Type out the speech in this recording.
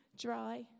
Dry